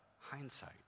hindsight